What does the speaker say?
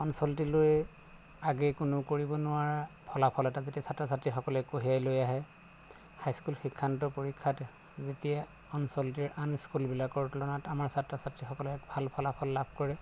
অঞ্চলটিলৈ আগে কোনেও কৰিব নোৱাৰা ফলাফল এটা যেতিয়া ছাত্ৰ ছাত্ৰীসকলে কঢ়িয়াই লৈ আহে হাইস্কুল শিক্ষান্ত পৰীক্ষাত যেতিয়া অঞ্চলটিৰ আন স্কুলবিলাকৰ তুলনাত আমাৰ ছাত্ৰ ছাত্ৰীসকলে ভাল ফলাফল লাভ কৰে